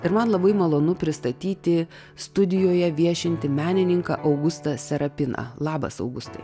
ir man labai malonu pristatyti studijoje viešintį menininką augustą serapiną labas augustai